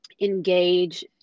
engage